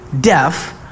deaf